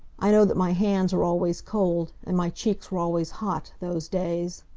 i know that my hands were always cold, and my cheeks were always hot, those days.